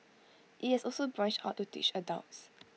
IT has also branched out to teach adults